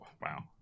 wow